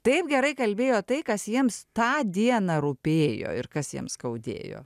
taip gerai kalbėjo tai kas jiems tą dieną rūpėjo ir kas jiems skaudėjo